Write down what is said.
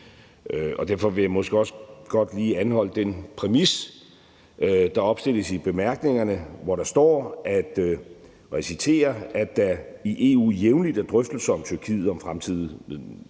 Derfor vil jeg måske også godt lige anholde den præmis, der opstilles i bemærkningerne, hvor der står: »I EU er der jævnligt drøftelser om Tyrkiet som fremtidigt